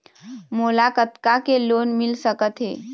मोला कतका के लोन मिल सकत हे?